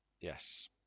Yes